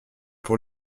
pour